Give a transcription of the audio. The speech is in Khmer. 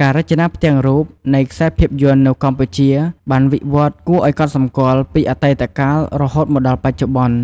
ការរចនាផ្ទាំងរូបនៃខ្សែរភាពយន្តនៅកម្ពុជាបានវិវត្តន៍គួរឱ្យកត់សម្គាល់ពីអតីតកាលរហូតមកដល់បច្ចុប្បន្ន